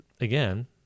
again